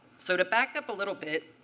so to back up a little bit,